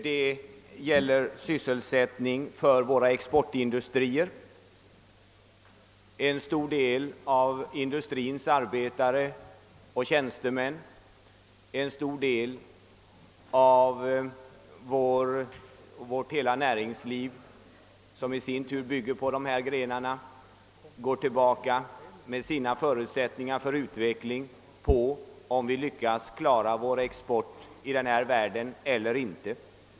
Det gäller sysselsättningen inom våra exportindustrier och för en stor del av industrins arbetare och tjänstemän; en stor del av hela vårt näringsliv bygger sina förutsättningar på om vi lyckas klara vår export eller inte.